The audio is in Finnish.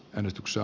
ennustuksia